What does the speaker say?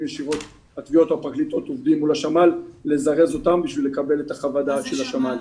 ישירות מול השמ"ל לזרז אותם כדי לקבל את חוות הדעת של השמ"ל.